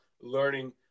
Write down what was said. learning